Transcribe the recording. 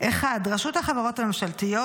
1. רשות החברות הממשלתיות,